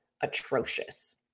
atrocious